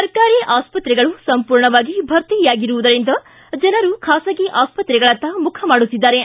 ಸರ್ಕಾರಿ ಆಸ್ಪತ್ರೆಗಳು ಸಂಪೂರ್ಣವಾಗಿ ಭರ್ತಿಯಾಗಿರುವುದರಿಂದ ಜನರು ಖಾಸಗಿ ಆಸ್ಪತ್ರೆಗಳತ್ತ ಮುಖ ಮಾಡುತ್ತಿದ್ದಾರೆ